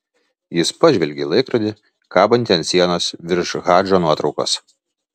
jis pažvelgė į laikrodį kabantį ant sienos virš hadžo nuotraukos